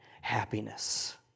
happiness